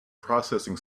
processing